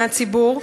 מהציבור,